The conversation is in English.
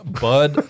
Bud